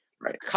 Right